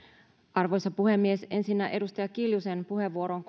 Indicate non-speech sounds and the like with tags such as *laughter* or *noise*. arvoisa puhemies ensinnä kommentti edustaja kiljusen puheenvuoroon *unintelligible*